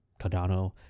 Cardano